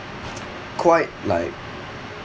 quite like